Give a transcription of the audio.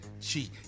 cheat